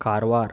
Karwar